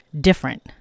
Different